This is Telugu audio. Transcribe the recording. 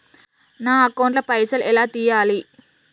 నా అకౌంట్ ల పైసల్ ఎలా తీయాలి?